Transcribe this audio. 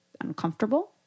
uncomfortable